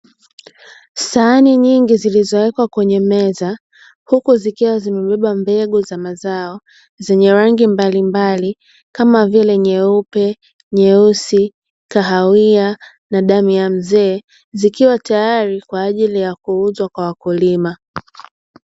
Sahani nyingi zilizowekwa kwenye meza huku zikiwa zimebeba mbegu za mazao zenye rangi mbalimbali kama vile: nyeupe, nyeusi, kahawia na damu ya mzee; zikiwa tayari kwa ajili ya kuuzwa kwa wakulima.